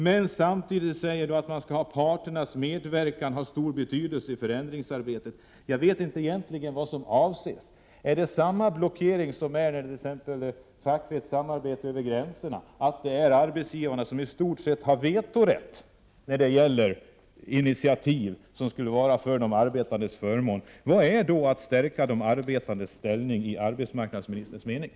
Men samtidigt säger hon att parternas medverkan är av stor betydelse i förändringsarbetet. Jag vet inte vad som egentligen avses med det. Är det samma blockering här som t.ex. när det gäller fackligt samarbete över gränserna? Där har arbetsgivarna i stort sett vetorätt mot initiativ som skulle vara till förmån för de arbetande. Vad innebär det då att stärka de arbetandes ställning enligt arbetsmarknadsministerns uppfattning?